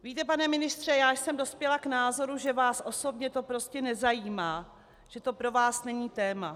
Víte, pane ministře, já jsem dospěla k názoru, že vás osobně to prostě nezajímá, že to pro vás není téma.